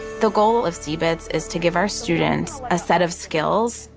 the goal of cbis is to give our students a set of skills.